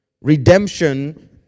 Redemption